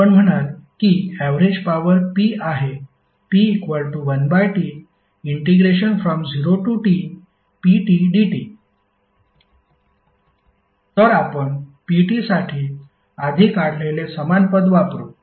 आपण म्हणाल की ऍवरेज पॉवर P आहे P1T0Tptdt तर आपण pt साठी आधी काढलेले समान पद वापरू